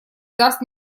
даст